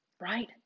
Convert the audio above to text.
Right